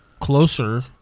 closer